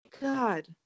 God